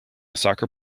soccer